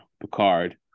Picard